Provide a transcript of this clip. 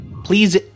Please